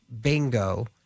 bingo